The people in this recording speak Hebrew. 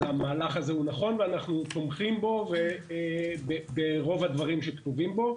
אז המהלך הזה הוא נכון ואנחנו תומכים בו ברוב הדברים שכתובים בו.